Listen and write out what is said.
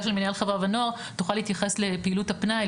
של מנהל חברה ונוער תוכל להתייחס לפעילות הפנאי,